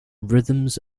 rhythms